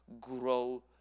grow